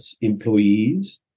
employees